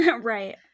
Right